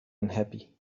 unhappy